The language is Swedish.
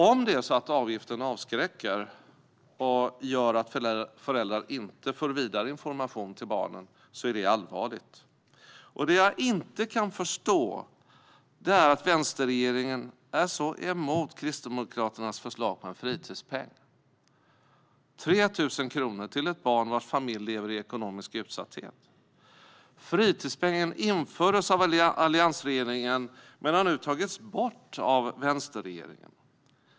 Om det är så att avgiften avskräcker och gör att föräldrar inte för vidare information till barnen är det allvarligt. Det jag inte kan förstå är att vänsterregeringen är så emot Kristdemokraternas förslag på en fritidspeng på 3 000 kronor till ett barn vars familj lever i ekonomisk utsatthet. Fritidspengen infördes av alliansregeringen men har nu tagits bort av vänsterregeringen.